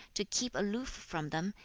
to keep aloof from them,